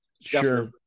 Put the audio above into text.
Sure